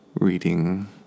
reading